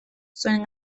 zuen